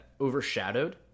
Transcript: overshadowed